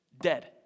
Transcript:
dead